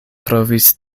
trovis